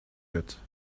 wird